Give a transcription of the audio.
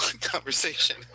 conversation